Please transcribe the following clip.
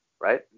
right